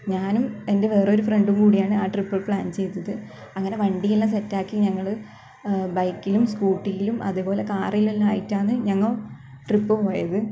ഞാനും എന്റെ വേറൊരു ഫ്രണ്ടും കൂടിയാണ് ആ ട്രിപ്പ് പ്ലാൻ ചെയ്തത് അങ്ങനെ വണ്ടി എല്ലാം സെറ്റ് ആക്കി ഞങ്ങൾ ബൈക്കിലും സ്കൂട്ടിയിലും അതേപോലെ കാറേലും എല്ലാം ആയിട്ടാണ് ഞങ്ങൾ ട്രിപ്പ് പോയത്